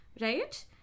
Right